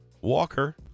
Walker